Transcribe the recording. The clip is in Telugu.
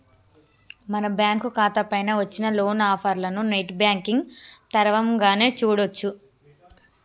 మన బ్యాంకు ఖాతా పైన వచ్చిన లోన్ ఆఫర్లను నెట్ బ్యాంకింగ్ తరవంగానే చూడొచ్చు